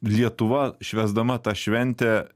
lietuva švęsdama tą šventę